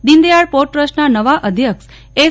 Deendayal port ટ્રસ્ટના નવા અધ્યક્ષ એસ